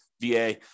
VA